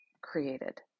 created